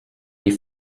die